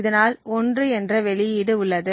இதனால் 1 என்ற வெளியீடு உள்ளது